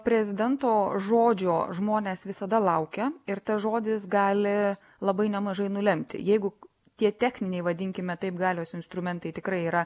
prezidento žodžio žmonės visada laukia ir tas žodis gali labai nemažai nulemti jeigu tie techniniai vadinkime taip galios instrumentai tikrai yra